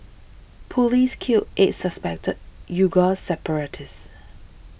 police kill eight suspected Uighur separatists